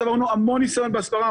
צברנו המון ניסיון בהסברה,